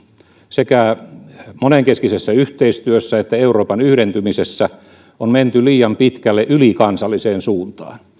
sekä monenkeskisessä yhteistyössä että euroopan yhdentymisessä on menty liian pitkälle ylikansalliseen suuntaan